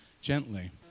gently